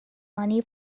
money